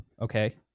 okay